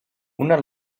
una